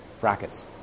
brackets